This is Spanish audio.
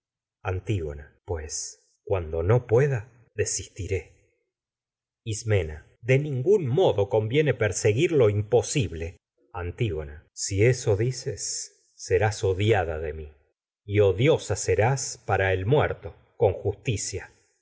antígona ismena pues cuando no pueda desistiré perseguir de ningún modo conviene lo imposible antígona serás si eso dices serás odiada de mí y odio sa para mal el muerto con justicia